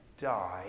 die